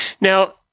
Now